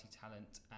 Talent